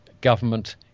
government